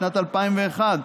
בשנת 2001,